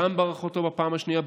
גם בהארכתו בפעם השנייה,